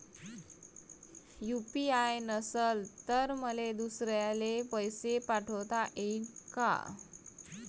UPI नसल तर मले दुसऱ्याले पैसे पाठोता येईन का?